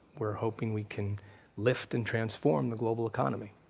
we're hoping we can lift and transform the global economy.